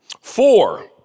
Four